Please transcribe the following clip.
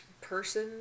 person